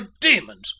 demons